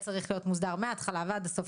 צריך להיות מוסדר מהתחלה ועד הסוף,